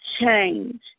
change